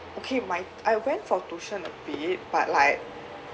okay my I went for tuition a bit but like